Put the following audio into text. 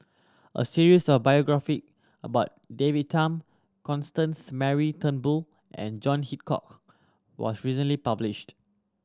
a series of biographies about David Tham Constance Mary Turnbull and John Hitchcock was recently published